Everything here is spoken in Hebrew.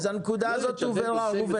הנקודה הזאת הובהרה.